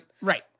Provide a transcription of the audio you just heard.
Right